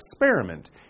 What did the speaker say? experiment